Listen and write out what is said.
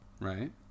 Right